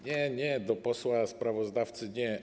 Nie, nie do posła sprawozdawcy, nie.